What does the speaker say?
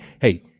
Hey